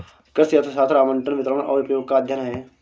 कृषि अर्थशास्त्र आवंटन, वितरण और उपयोग का अध्ययन है